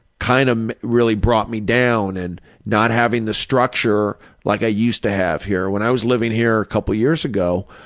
kind of really brought me down, and not having the structure like i used to have here. when i was living here a couple of years ago,